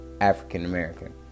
African-American